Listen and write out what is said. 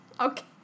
Okay